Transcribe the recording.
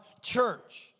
church